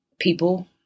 people